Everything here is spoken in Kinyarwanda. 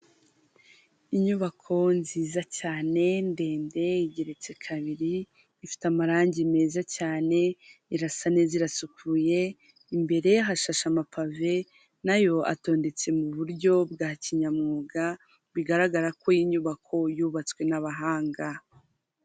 Inyubako nziza cyane, ndende, igeretse kabiri, ifite amarangi meza cyane, irasa neza, irasukuye, imbere hashashe amapave, na yo atondetse mu buryo bwa kinyamwuga, bigaragara ko iyi nyubako yubatswe n'abahanga.